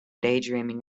daydreaming